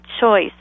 choice